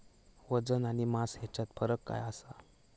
वजन आणि मास हेच्यात फरक काय आसा?